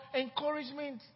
encouragement